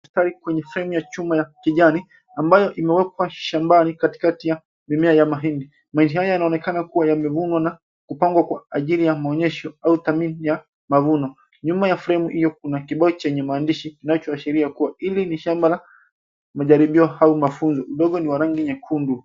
Mstari kwenye fremu ya chuma ya kijani ,ambayo imewekwa shambani katikati ya mimea ya mahindi. Maindi haya yanaonekana kuwa yamevunwa na kupangwa kwa ajili ya maonyesho au mavuno kwa ajili ya mavuno. Nyuma ya fremu hiyo kuna kibao chenye maandishi kinachoashiria kuwa hili ni shamba la majaribio au mafunzo. Udongo ni wa rangi nyekundu.